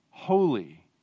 Holy